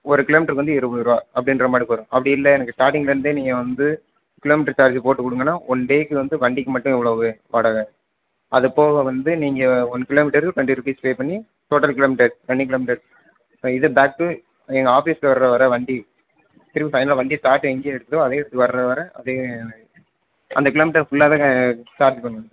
ஒரு கிலோமீட்டருக்கு வந்து இருபதுருவா அப்படின்ற மாதிரி வரும் அப்படி இல்லை எனக்கு ஸ்டார்டிங்லந்தே நீங்கள் வந்து கிலோமீட்ரு சார்ஜ் போட்டுக் கொடுங்கனா ஒன் டேக்கு வந்து வண்டிக்கு மட்டும் எவ்வளோவு வாடகை அதுப் போக வந்து நீங்கள் ஒன் கிலோமீட்டருக்கு டொண்ட்டி ரூபீஸ் பேப் பண்ணி டோட்டல் கிலோமீட்டர்ஸ் தனி கிலோமீட்டர்ஸ் இது பேக் டூ எங்கள் ஆஃபிஸ்க்கு வர்ற வர வண்டி திரும்பி ஃபைனலாக வண்டியை ஸ்டார்ட் எங்கே எடுத்ததோ அதே இடத்துக்கு வர வர அதே அந்த கிலோமீட்டர் ஃபுல்லாகவே கே சார்ஜ் பண்ணிவிடுவோம் சார்